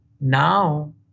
now